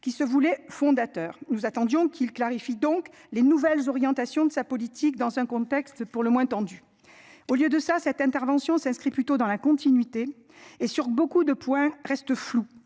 qui se voulait fondateur. Nous attendions qu'il clarifie donc les nouvelles orientations de sa politique dans un contexte pour le moins tendues. Au lieu de ça, cette intervention s'inscrit plutôt dans la continuité et sur beaucoup de points restent floues.